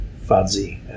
fuzzy